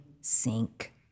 sink